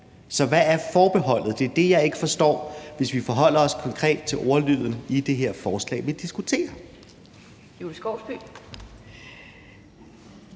Så hvad er forbeholdet? Det er det, jeg ikke forstår, hvis vi forholder os konkret til ordlyden i det forslag, vi her diskuterer.